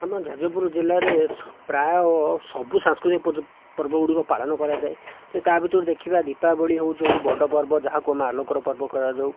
ଆମ ଯାଜପୁର ଜିଲ୍ଲାରେ ପ୍ରାୟ ସବୁ ସାଂସ୍କୃତିକ ପର୍ବଗୁଡ଼ିକ ପାଳନ କରାଯାଏ ଯଦି ତା' ଭିତରୁ ଦେଖିବା ଦୀପାବଳି ହେଉଛି ସବୁଠୁ ବଡ଼ ପର୍ବ ଯାହାକୁ ଆମେ ଆଲୋକର ପର୍ବ କୁହାଯାଉ